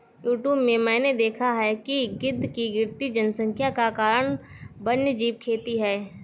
YouTube में मैंने देखा है कि गिद्ध की गिरती जनसंख्या का कारण वन्यजीव खेती है